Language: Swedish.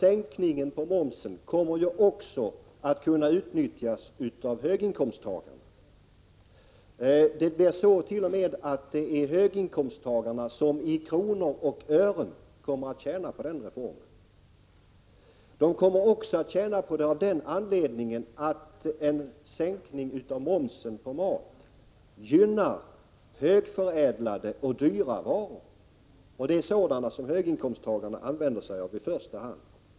Sänkningen av momsen kommer juatt kunna utnyttjas också av höginkomsttagarna. Det blirt.o.m. så att det är höginkomsttagarna som i kronor och ören tjänar på den reformen. De kommer att tjäna på den också av den anledningen att en sänkning av momsen på mat gynnar högförädlade och dyra varor, och det är i första hand höginkomsttagarna som köper sådana.